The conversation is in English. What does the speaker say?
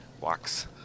walks